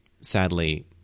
sadly